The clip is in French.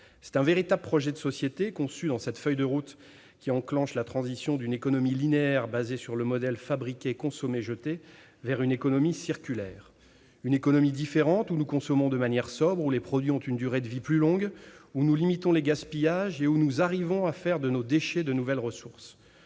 C'est un véritable projet de société conçu dans cette feuille de route qui enclenche la transition d'une économie linéaire, basée sur le modèle « fabriquer, consommer, jeter », vers une économie circulaire, une économie différente où nous consommons de manière sobre, où les produits ont une durée de vie plus longue, où nous limitons les gaspillages et où nous arrivons à faire de nos déchets de nouvelles ressources.